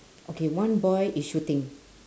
okay one boy is shooting